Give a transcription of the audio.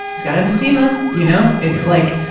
he's got emphysema, you know. it's, like,